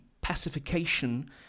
pacification